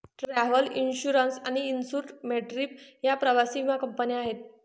travel insurance आणि insure my trip या प्रवासी विमा कंपन्या आहेत